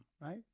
right